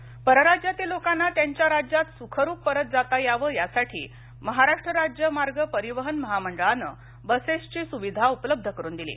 बस परराज्यातील लोकांना त्यांच्या राज्यात सुखरूप परत जाता यावं यासाठी महाराष्ट्र राज्य मार्ग परिवहन महामंडळानं बसेसची सुविधा उपलब्ध करून दिली